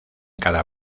cada